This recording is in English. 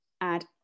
add